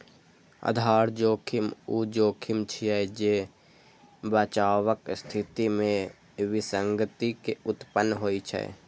आधार जोखिम ऊ जोखिम छियै, जे बचावक स्थिति मे विसंगति के उत्पन्न होइ छै